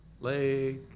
Lake